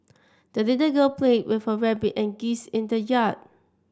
the little girl played with her rabbit and geese in the yard